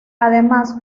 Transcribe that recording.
además